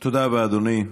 תודה רבה, אדוני.